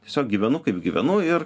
tiesiog gyvenu kaip gyvenu ir